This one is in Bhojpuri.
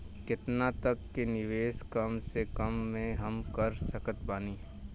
केतना तक के निवेश कम से कम मे हम कर सकत बानी?